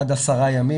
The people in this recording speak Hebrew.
עד 10 ימים,